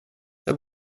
jag